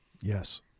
Yes